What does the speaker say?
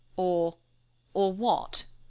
or or what?